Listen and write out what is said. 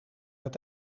het